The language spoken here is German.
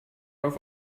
auf